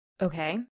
Okay